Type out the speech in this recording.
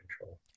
control